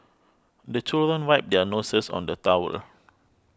the children wipe their noses on the towel